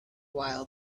while